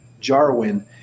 Jarwin